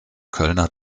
kölner